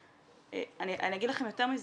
אני אגיד לכם יותר מזה,